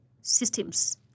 systems